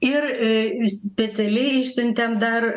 ir a specialiai išsiuntėm dar